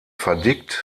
verdickt